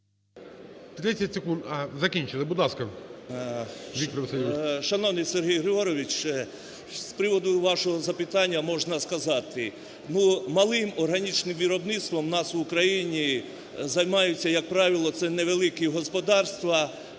10:43:56 ШЕРЕМЕТА В.В. Шановний Сергій Григорович, що з приводу вашого запитання можна сказати, ну, малим органічним виробництвом в нас в Україні займаються, як правило, це невеликі господарства,